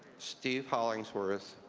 steve hollingsworth,